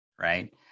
right